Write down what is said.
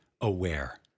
aware